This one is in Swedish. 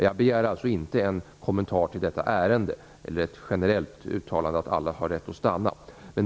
Jag begär inte någon kommentar kring just detta ärende eller något generellt uttalande om att alla har rätt att stanna.